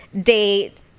date